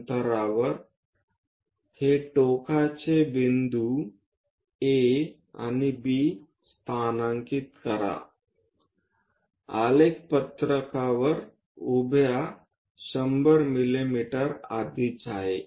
अंतरावर हे टोकाचे बिंदू A आणि B स्थानांकित करा आलेख पत्रक वर उभ्या 100 मिमी आधीच आहे